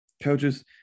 coaches